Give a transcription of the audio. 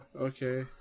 okay